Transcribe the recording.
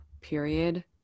period